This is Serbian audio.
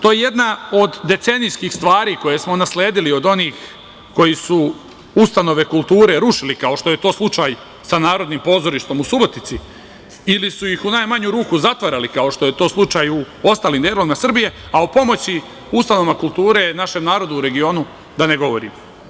To je jedna od decenijskih stvari koje smo nasledili od onih koji su ustanove kulture rušili, kao što je to slučaj sa Narodnim pozorištem u Subotici ili su ih u najmanju ruku zatvarali, kao što je to slučaj u ostalim delovima Srbije, a o pomoći ustanovama kulture našem narodu u regionu, da ne govorim.